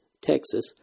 Texas